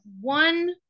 one